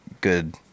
good